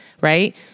right